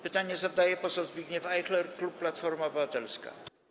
Pytanie zadaje poseł Zbigniew Ajchler, klub Platforma Obywatelska.